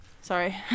Sorry